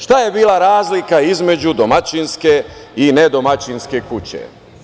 Šta je bila razlika između domaćinske i nedomaćinske kuće?